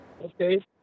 Okay